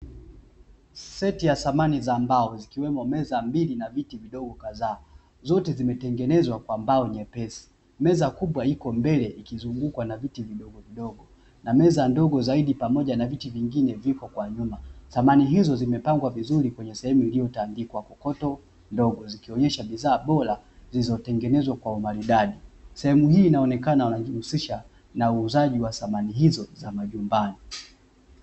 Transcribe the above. Seti ya samani za mbao ikiwemo meza mbili na viti vidogo kadhaa zote zimetengenezwa kwa mbao nyepesi meza kubwa ikiwa mbele ikizungukwa na meza ndogo na meza ndogo zaidi pamoja na viti vingine vipo kwa nyuma. samani hizo zimepangwa vizuri kwenye sehemu iliyotawanyika kwa kokoto ndogo zikionesha ni bidhaa zilizotengenezwa kwa umaridadi. sehemu hii inaonekana wanajihusisha na uuzaji wa samani hizo za majumbani.